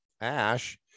Ash